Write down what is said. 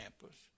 campus